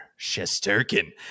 Shesterkin